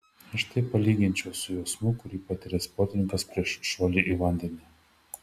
aš tai palyginčiau su jausmu kurį patiria sportininkas prieš šuolį į vandenį